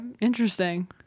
interesting